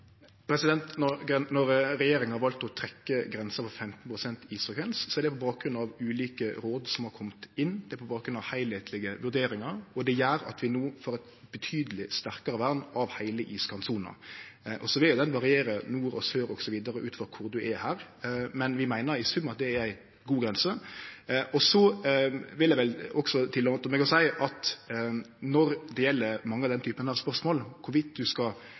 Når regjeringa valde å trekkje grensa ved 15 pst. isfrekvens, var det på bakgrunn av ulike råd som er komne inn. Det er på bakgrunn av heilskaplege vurderingar, og det gjer at vi no får eit betydeleg sterkare vern av heile iskantsona. Så vil ho variere – nord og sør osv. – ut frå kor ein er, men vi meiner i sum at det er ei god grense. Eg vil vel også tillate meg å seie at når det gjeld mange av denne typen spørsmål om i kva grad ein skal